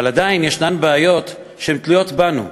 אבל עדיין יש בעיות שהן תלויות בנו,